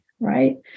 Right